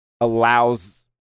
allows